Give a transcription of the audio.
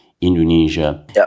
Indonesia